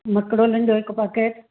मैकरोनिन जो हिकु पकैट